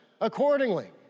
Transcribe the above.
accordingly